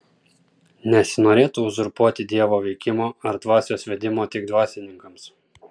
nesinorėtų uzurpuoti dievo veikimo ar dvasios vedimo tik dvasininkams